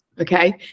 Okay